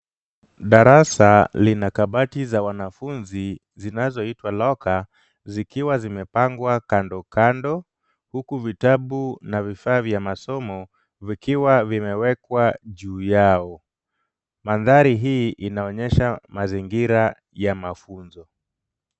Darasa lina kabati za wanafunzi zinazoitwa locker zikiwa zimepangwa kando kando huku vitabu na vifaa vya masomo vikiwa vimewekwa juu yao. Mandhari hii inaonyesha mazingira ya mafunzo.